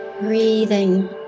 breathing